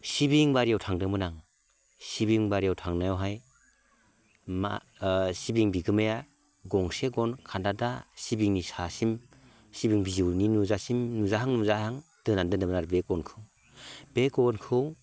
सिबिं बारियाव थांदोंमोन आं सिबिं बारियाव थांनायावहाय मा सिबिं बिगोमाया गंसे गन खान्दा दा सिबिंनि सासिम सिबिं बिजौनि नुजासिम नुजाहां नुजाहां दोनानै दोन्दोंमोन आरो बे गनखौ बे गनखौ